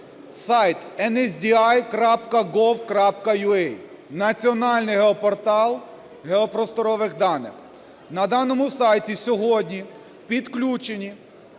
Сайт nsdi.gov.ua – національний геопортал геопросторових даних. На даному сайті сьогодні підключені